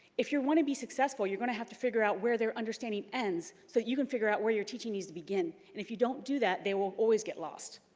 if you want to be successful, you're gonna have to figure out where their understanding ends so you can figure out where your teaching needs to begin, and if you don't do that, they will always get lost.